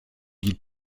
die